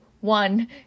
one